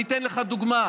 ואני אתן לך דוגמה.